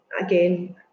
again